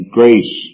grace